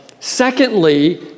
Secondly